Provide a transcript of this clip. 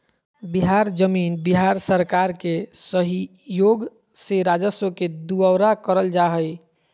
बिहार जमीन बिहार सरकार के सहइोग से राजस्व के दुऔरा करल जा हइ